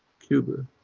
cuba,